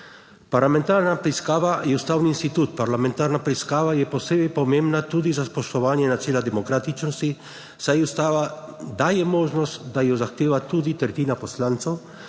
Parlamentarna preiskava je posebej pomembna tudi za spoštovanje načela demokratičnosti, saj Ustava daje možnost, da jo zahteva tudi tretjina poslancev